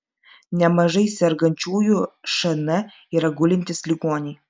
nemažai sergančiųjų šn yra gulintys ligoniai